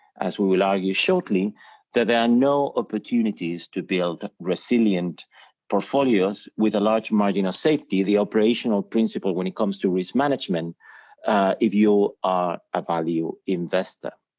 as we we'll argue shortly that there are no opportunities to build resilient portfolios with a large margin of safety, the operational principle when it comes to risk management if you are a value investor.